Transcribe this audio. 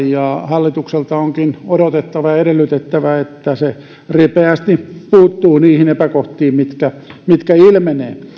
hallitukselta onkin odotettava ja edellytettävä että se ripeästi puuttuu niihin epäkohtiin mitkä ilmenevät